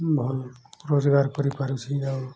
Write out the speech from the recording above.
ଭଲ ରୋଜଗାର କରିପାରୁଛି ଆଉ